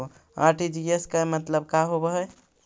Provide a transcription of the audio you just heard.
RTGS के मतलब का होव हई?